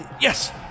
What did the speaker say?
Yes